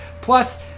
Plus